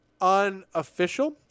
unofficial